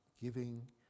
giving